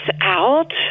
out